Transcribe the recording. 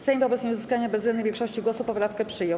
Sejm wobec nieuzyskania bezwzględnej większości głosów poprawkę przyjął.